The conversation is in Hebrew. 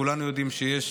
כולנו יודעים שיש